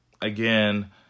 again